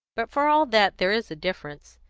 but, for all that, there is a difference.